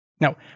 Now